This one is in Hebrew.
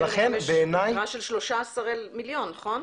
בקרן יש יתרה של 13 מיליון נכון?